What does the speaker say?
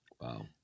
Wow